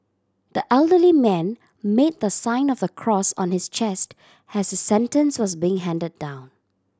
the elderly man made the sign of the cross on his chest has sentence was being handed down